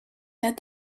that